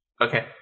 okay